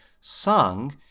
sung